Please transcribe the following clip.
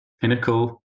pinnacle